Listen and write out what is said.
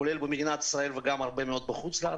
כולל במדינת ישראל וגם הרבה מאוד בחו"ל.